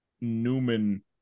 Newman